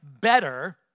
better